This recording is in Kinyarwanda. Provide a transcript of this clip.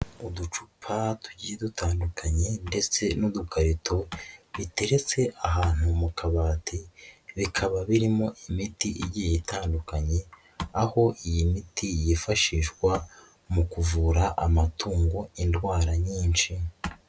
Uducupa tugiye dutandukanye ndetse n'udukarito biteretse ahantu mu kabati, bikaba birimo imiti igiye itandukanye aho iyi miti yifashishwa mu kuvura amatungo indwara nyinshi.